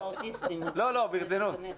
אני מצטערת,